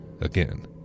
Again